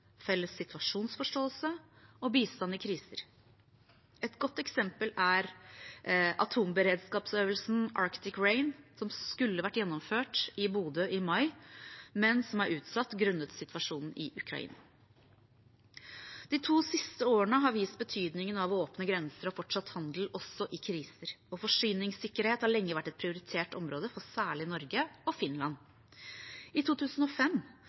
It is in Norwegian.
felles situasjonsforståelse og bistand i kriser. Et godt eksempel er atomberedskapsøvelsen Arctic REIHN, som skulle vært gjennomført i Bodø i mai, men som er utsatt grunnet situasjonen i Ukraina. De to siste årene har vist betydningen av åpne grenser og fortsatt handel også i kriser. Forsyningssikkerhet har lenge vært et prioritert område for særlig Norge og Finland. I 2005